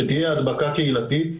שתהיה הדבקה קהילתית,